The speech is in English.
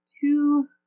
two